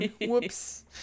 Whoops